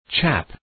Chap